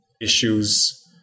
issues